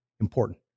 important